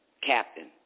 captain